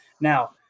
Now